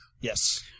Yes